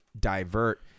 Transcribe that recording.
divert